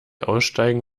aussteigen